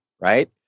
right